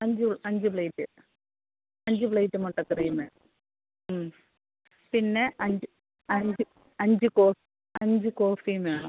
അഞ്ച് അഞ്ച് പ്ലെയ്റ്റ് അഞ്ച് പ്ലെയ്റ്റ് മുട്ടക്കറിയും വേണം ഉം പിന്നെ അഞ്ച് അഞ്ച് അഞ്ച് അഞ്ച് കോഫിയും വേണം